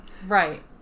Right